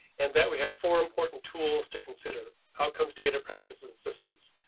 and that we have four important tools to consider outcomes data, practices and systems.